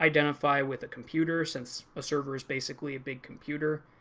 identify with a computer. since a server is basically a big computer.